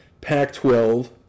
Pac-12